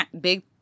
big